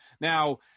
Now